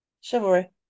chivalry